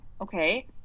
okay